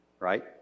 right